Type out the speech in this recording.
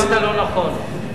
אתה יודע שכל מה שאמרת לא נכון.